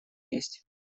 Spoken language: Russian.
есть